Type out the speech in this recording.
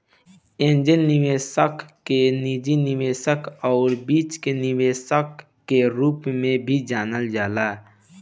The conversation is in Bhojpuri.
एंजेल निवेशक के निजी निवेशक आउर बीज निवेशक के रूप में भी जानल जाला